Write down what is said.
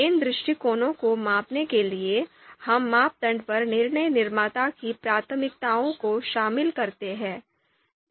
इन दृष्टिकोणों को मापने के लिए हम मापदंड पर निर्णय निर्माता की प्राथमिकताओं को शामिल करते हैं